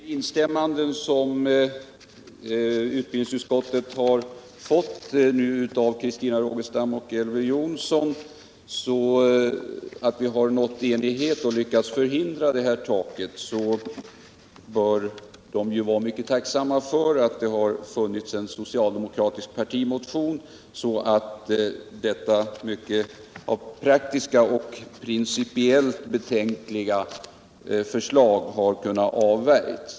Herr talman! Christina Rogestam och Elver Jonsson har nu uttryckt glädje över att vi nått enighet och lyckats förhindra ett tak. De bör vara mycket tacksamma för att det funnits en socialdemokratisk partimotion som gjort det möjligt att avvärja detta praktiskt och principiellt mycket betänkliga förslag.